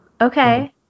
okay